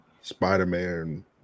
spider-man